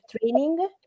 training